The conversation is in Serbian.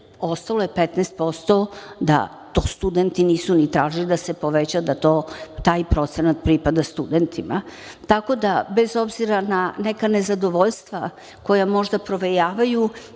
ostalo je 15%, to studenti nisu ni tražili, da se poveća da taj procenat pripada studentima. Tako da, bez obzira na neka nezadovoljstva koja možda provejavaju,